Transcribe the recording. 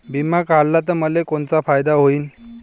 बिमा काढला त मले कोनचा फायदा होईन?